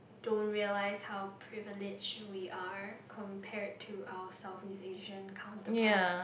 don't realise how privileged we are compared to our Southeast-Asian counterparts